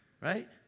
Right